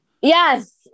yes